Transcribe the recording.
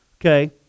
okay